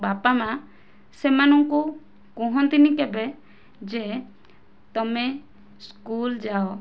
ବାପା ମା ସେମାନଙ୍କୁ କୁହନ୍ତିନି କେବେ ଯେ ତୁମେ ସ୍କୁଲ ଯାଅ